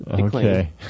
okay